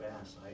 fast